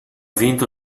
vinto